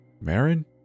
Marin